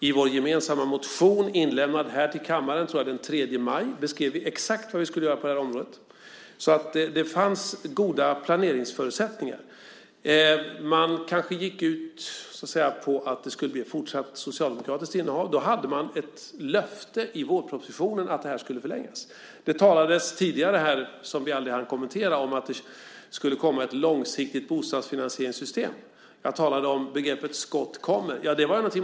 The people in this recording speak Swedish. I vår gemensamma motion inlämnad här till kammaren den 3 maj - tror jag att det var - beskrev vi exakt vad vi skulle göra på det här området. Det fanns alltså goda planeringsförutsättningar. Man kanske gick ut med förutsättningen att det skulle bli ett fortsatt socialdemokratiskt maktinnehav. Då hade man ett löfte i vårpropositionen om att det här skulle förlängas. Det talades tidigare här om något som vi aldrig hann kommentera: Det skulle komma ett långsiktigt bostadsfinanseringssystem. Jag talade om begreppet "skott kommer".